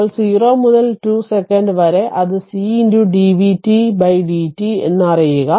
ഇപ്പോൾ 0 മുതൽ 2 സെക്കന്റ് വരെ അത് c dvtdt എന്ന് അറിയുക